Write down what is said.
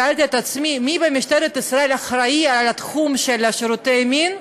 שאלתי את עצמי מי במשטרת ישראל אחראי לתחום שירותי המין.